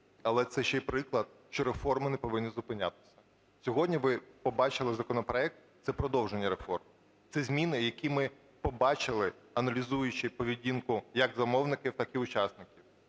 Але це й ще приклад, що реформи не повинні зупинятись. Сьогодні ви побачили законопроект, це продовження реформ, це зміни, які ми побачили, аналізуючи поведінку як змовників, так і учасників.